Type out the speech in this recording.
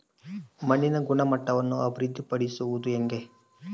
ಮಣ್ಣಿನ ಗುಣಮಟ್ಟವನ್ನು ಅಭಿವೃದ್ಧಿ ಪಡಿಸದು ಹೆಂಗೆ?